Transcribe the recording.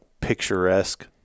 picturesque